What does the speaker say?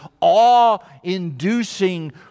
awe-inducing